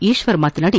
ಈಶ್ವರ್ ಮಾತನಾಡಿ